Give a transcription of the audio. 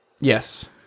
Yes